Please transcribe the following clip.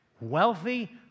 wealthy